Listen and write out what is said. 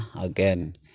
again